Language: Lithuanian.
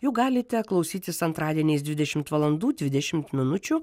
jų galite klausytis antradieniais dvidešimt valandų dvidešimt minučių